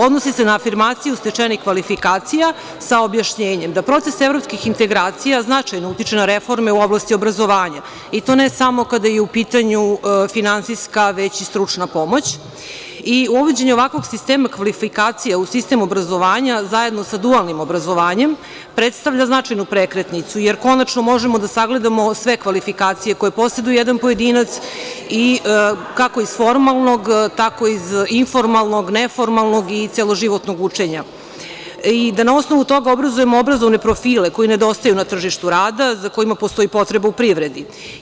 Odnosi se na afirmaciju stečenih kvalifikacija sa objašnjenjem da proces evropskih integracija značajno utiče na reforme u oblasti obrazovanja i to ne samo kada je u pitanju finansijska već i stručna pomoć i uvođenje ovakvog sistema kvalifikacije u sistem obrazovanja zajedno sa dualnim obrazovanjem predstavlja značajnu prekretnicu, jer konačno možemo da sagledamo sve kvalifikacije koje poseduje jedan pojedinac, kako iz formalnog tako iz informalnog, neformalnog i celoživotnog učenja, i da na osnovu toga obrazujemo obrazovne profile koji nedostaju na tržištu rada, za kojima postoji potreba u privredi.